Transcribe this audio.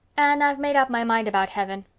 anne, i've made up my mind about heaven.